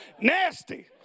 nasty